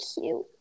cute